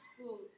School